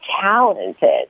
talented